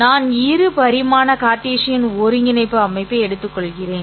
நான் இரு பரிமாண கார்ட்டீசியன் ஒருங்கிணைப்பு அமைப்பை எடுத்துக்கொள்கிறேன்